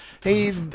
hey